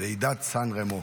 ועידת סן רמו,